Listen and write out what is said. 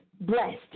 Blessed